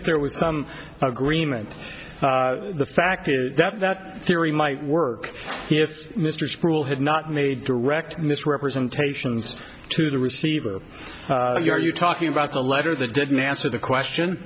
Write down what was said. if there was some agreement the fact is that that theory might work here if mr school had not made direct misrepresentations to the receiver are you talking about the letter that didn't answer the question